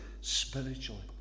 spiritually